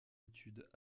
études